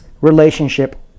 relationship